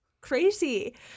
crazy